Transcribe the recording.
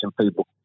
people